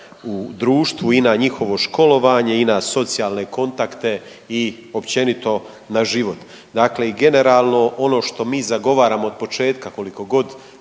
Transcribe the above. u društvu i na njihovo školovanje i na socijalne kontakte i općenito na život. Dakle, i generalno ono što mi zagovaramo od početka koliko god